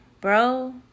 bro